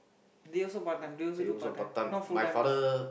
they also part time they also do part time not full timers